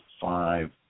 five